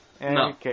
No